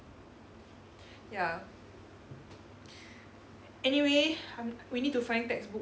ya anyway I'm we need to find textbook